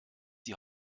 die